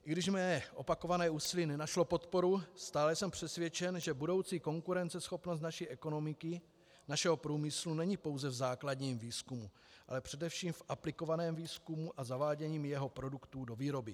I když mé opakované úsilí nenašlo podporu, stále jsem přesvědčen, že budoucí konkurenceschopnost naší ekonomiky, našeho průmyslu není pouze v základním výzkumu, ale především v aplikovaném výzkumu a zavádění jeho produktů do výroby.